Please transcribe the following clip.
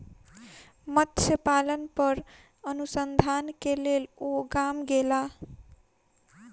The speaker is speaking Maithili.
मत्स्य पालन पर अनुसंधान के लेल ओ गाम गेला